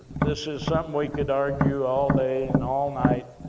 this is something we could argue all day, and all night,